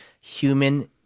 human